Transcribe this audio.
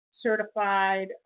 certified